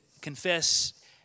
confess